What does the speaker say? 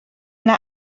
yna